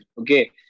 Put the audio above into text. okay